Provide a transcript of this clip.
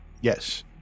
Yes